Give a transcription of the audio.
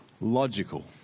logical